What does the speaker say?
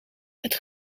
het